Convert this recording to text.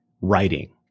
writing